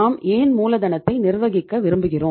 நாம் ஏன் மூலதனத்தை நிர்வகிக்க விரும்புகிறோம்